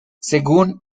según